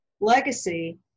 legacy